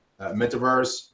metaverse